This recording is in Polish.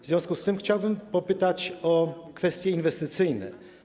W związku z tym chciałbym popytać o kwestie inwestycyjne.